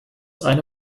eine